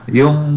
yung